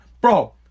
bro